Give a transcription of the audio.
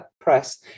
press